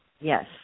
Yes